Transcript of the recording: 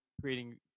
creating